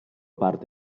parte